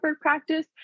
practice